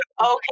okay